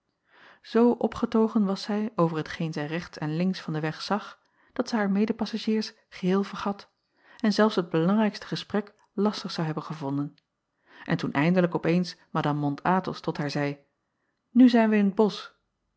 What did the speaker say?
oo opgetogen was zij over hetgeen zij rechts en links van den weg zag dat zij haar medepassagiers geheel vergat en zelfs het belangrijkste gesprek lastig zou hebben gevonden n toen eindelijk op eens adame ont thos tot haar zeî nu zijn wij in t osch